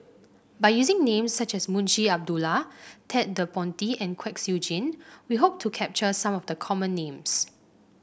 by using names such as Munshi Abdullah Ted De Ponti and Kwek Siew Jin we hope to capture some of the common names